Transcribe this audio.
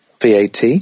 VAT